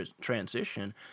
transition